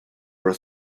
were